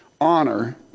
Honor